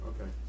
Okay